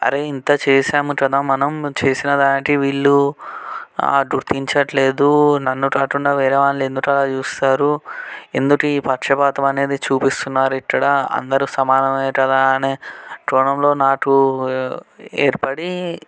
అరే ఇంత చేసాము కదా మనం చేసిన దానికి వీళ్ళు గుర్తించట్లేదు నన్ను కాకుండా వేరే వారిని ఎందుకు అలా చూస్తారు ఎందుకు ఈ పక్షపాతం అనేది చూపిస్తున్నారు ఇక్కడ అందరూ సమానమే కదా అనే కోణంలో నాకు ఏర్పడి